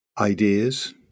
ideas